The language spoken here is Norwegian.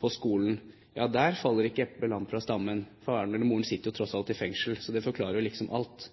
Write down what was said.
på skolen, kan vi si: Der faller ikke eplet langt fra stammen. Faren eller moren sitter jo tross alt i fengsel. Det forklarer liksom alt.